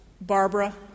Barbara